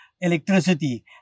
electricity